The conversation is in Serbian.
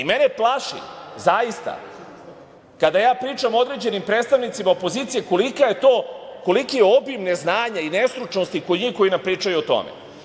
Mene plaši zaista, kada pričam o određenim predstavnicima opozicije, koliki je to obim neznanja i nestručnosti kod njih, koji nam pričaju o tome.